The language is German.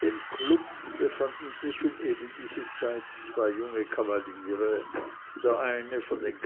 im club befanden sich um eben diese zeit zwei junge kavaliere der eine von den